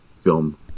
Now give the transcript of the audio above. film